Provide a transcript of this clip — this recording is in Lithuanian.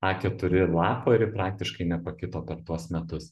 a keturi lapo ir ji praktiškai nepakito per tuos metus